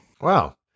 Wow